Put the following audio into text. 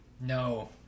No